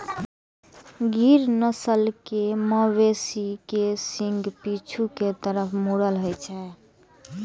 गिर नस्ल के मवेशी के सींग पीछू के तरफ मुड़ल होइ छै